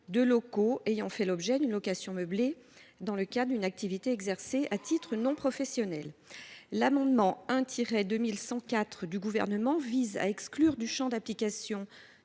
de locaux ayant fait l’objet d’une location meublée dans le cadre d’une activité exercée à titre non professionnel. L’amendement n° I 2104 du Gouvernement vise à exclure de son champ d’application